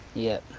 yep.